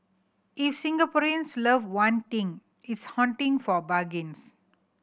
if Singaporeans love one thing it's hunting for bargains